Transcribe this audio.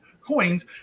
coins